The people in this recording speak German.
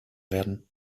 werden